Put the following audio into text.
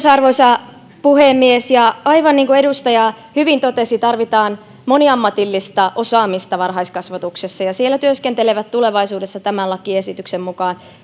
arvoisa puhemies aivan niin kuin edustaja hyvin totesi tarvitaan moniammatillista osaamista varhaiskasvatuksessa ja siellä työskentelevät tulevaisuudessa tämän lakiesityksen mukaan